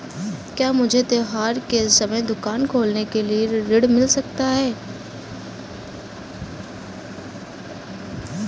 क्या मुझे त्योहार के समय दुकान खोलने के लिए ऋण मिल सकता है?